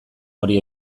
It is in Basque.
hori